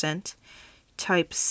type